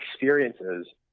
experiences